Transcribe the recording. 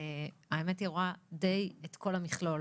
והאמת שדי רואה את כל המכלול